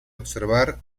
observar